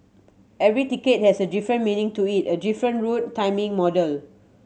every ticket has a different meaning to it a different route timing model